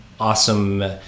Awesome